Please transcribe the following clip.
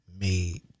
made